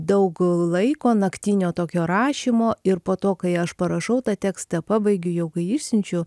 daug laiko naktinio tokio rašymo ir po to kai aš parašau tą tekstą pabaigiu jau kai išsiunčiu